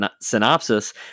synopsis